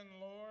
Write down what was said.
Lord